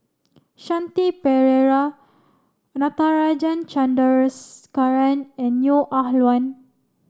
Shanti Pereira Natarajan Chandrasekaran and Neo Ah Luan